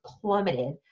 plummeted